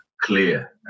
clear